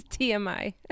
TMI